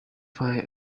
find